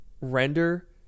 render